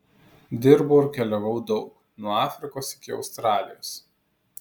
dirbau ir keliavau daug nuo afrikos iki australijos